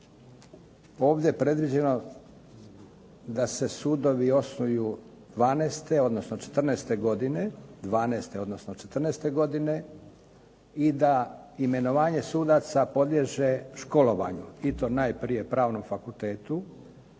ovdje predviđeno da se sudovi osnuju '12., odnosno '14. godine i da imenovanje sudaca podliježe školovanju i to najprije pravnom fakultetu